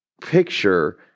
picture